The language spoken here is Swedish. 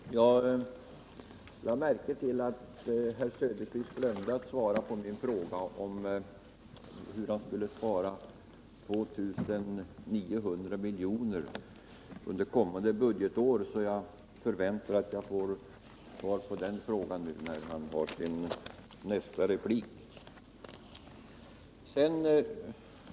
Herr talman! Jag lade märke till att herr Söderqvist glömde att svara på min fråga om hur han skulle spara 2 900 miljoner under kommande budgetår, så jag förväntar mig att jag får svar på den frågan i hans nästa replik.